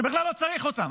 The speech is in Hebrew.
שבכלל לא צריך אותם?